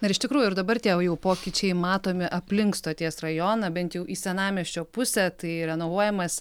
na ir iš tikrųjų ir dabar tie jau pokyčiai matomi aplink stoties rajoną bent jau į senamiesčio pusę tai renovuojamas